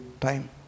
time